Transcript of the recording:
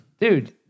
Dude